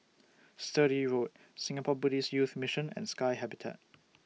Sturdee Road Singapore Buddhist Youth Mission and Sky Habitat